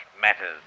matters